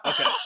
Okay